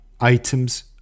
items